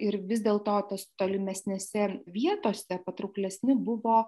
ir vis dėlto tas tolimesnėse vietose patrauklesni buvo